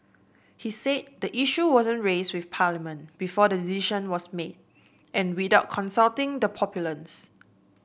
he said the issue wasn't raised with Parliament before the decision was made and without consulting the populace